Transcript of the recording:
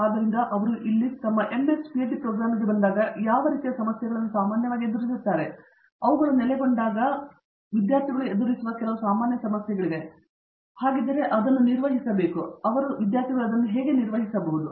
ಆದ್ದರಿಂದ ಅವರು ಇಲ್ಲಿ ತಮ್ಮ MS PhD ಪ್ರೋಗ್ರಾಂಗೆ ಬಂದಾಗ ಅವರು ಯಾವ ರೀತಿಯ ಸಮಸ್ಯೆಗಳನ್ನು ಸಾಮಾನ್ಯವಾಗಿ ಎದುರಿಸುತ್ತಾರೆ ಅವುಗಳು ನೆಲೆಗೊಂಡಾಗ ಅವರು ಎದುರಿಸುವ ಕೆಲವು ಸಾಮಾನ್ಯ ಸಮಸ್ಯೆಗಳಿವೆ ಮತ್ತು ಹಾಗಿದ್ದರೆ ಅದನ್ನು ಹೇಗೆ ನಿರ್ವಹಿಸಬೇಕು ಮತ್ತು ಅದನ್ನು ಹೇಗೆ ನಿರ್ವಹಿಸಬಹುದು